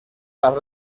las